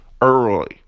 early